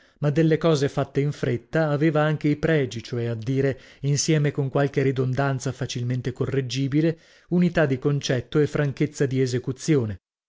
ma delle cose fatte in fretta aveva anche i pregi cioè a dire insieme con qualche ridondanza facilmente correggibile unità di concetto e franchezza di esecuzione